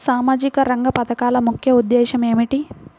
సామాజిక రంగ పథకాల ముఖ్య ఉద్దేశం ఏమిటీ?